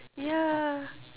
yeah